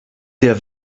der